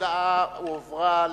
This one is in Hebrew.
ההודעה הועברה?